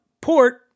port